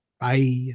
bye